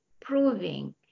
proving